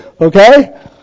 Okay